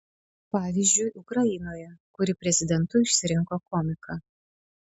pavyzdžiui ukrainoje kuri prezidentu išsirinko komiką